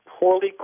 poorly